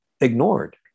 ignored